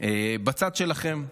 בצד שלכם.